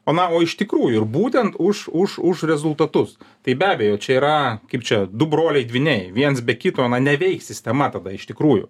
o na o iš tikrųjų ir būtent už už už rezultatus tai be abejo čia yra kaip čia du broliai dvyniai viens be kito neveiks sistema tada iš tikrųjų